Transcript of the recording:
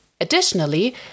Additionally